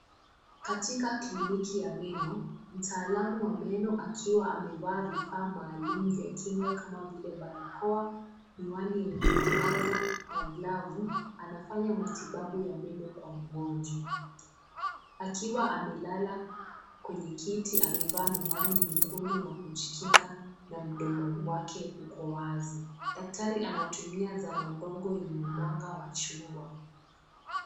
Katika kliniki ya meno, mtaalamu wa meno akiwa amevaa vifaa maalum vya kinga kama vile barakoa, miwani yenye mwangaza na glavu anafanya matibabu ya meno kwa mgonjwa akiwa amelala kwenye kiti amevaa miwani nyekundu na kujikinga na mdomo wake uko wazi. Daktari anatumia zana ndogo yenye mwanga wa chungwa.